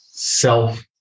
Self